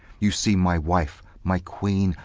you see my wife, my queen,